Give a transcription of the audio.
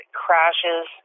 crashes